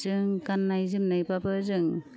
जों गाननाय जोमनायबाबो जों